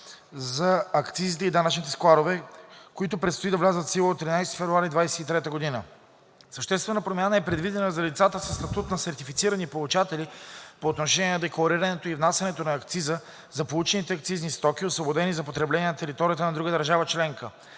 за акцизите и данъчните складове, които предстои да влязат в сила от 13 февруари 2023 г. Съществена промяна е предвидена за лицата със статут на сертифицирани получатели, по отношение на декларирането и внасянето на акциза, за получените акцизни стоки, освободени за потребление на територията на друга държава членка.